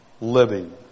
living